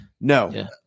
No